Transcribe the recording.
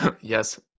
Yes